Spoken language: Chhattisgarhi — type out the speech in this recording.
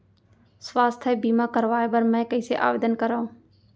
स्वास्थ्य बीमा करवाय बर मैं कइसे आवेदन करव?